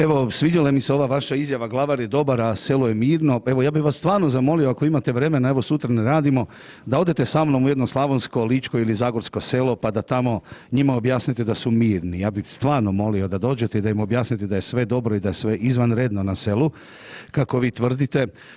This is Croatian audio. Evo, svidjela mi se ova vaša izjava „Glavar je dobar, a selo je mirno“, pa evo, ja bih vas stvarno zamolio ako imate vremena, evo, sutra ne radimo, da odete sa mnom u jedno slavonsko, ličko ili zagorsko selo, pa da tamo njima objasnite da su mirni, ja bih stvarno molio da dođete i da im objasnite i da je sve dobro i da je sve izvanredno na selu, kako vi tvrdite.